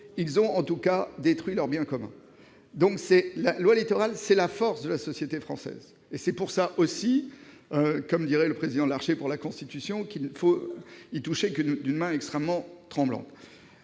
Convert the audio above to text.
Ils ont, en tout cas, détruit leur bien commun. La loi Littoral, c'est ainsi la force de la société française. C'est pourquoi, comme dirait le président Larcher pour la Constitution, il ne faut y toucher que d'une main tremblante.